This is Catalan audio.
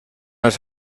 els